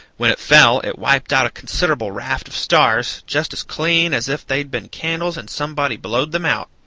when it fell it wiped out a considerable raft of stars just as clean as if they'd been candles and somebody blowed them out.